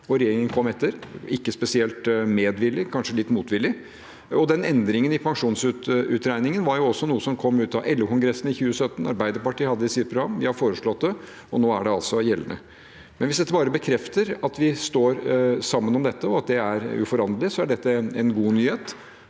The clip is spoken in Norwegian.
og regjeringen kom etter – ikke spesielt medvillig, kanskje litt motvillig. Den endringen i pensjonsutregningen var også noe som kom ut av LO-kongressen i 2017. Arbeiderpartiet hadde det i sitt program; vi har foreslått det, og nå er det altså gjeldende. Hvis dette bare bekrefter at vi står sammen om dette og at det er uforanderlig, er dette en god nyhet.